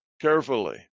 carefully